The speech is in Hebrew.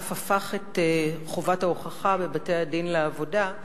ואף הפך את חובת ההוכחה בבתי-הדין לעבודה,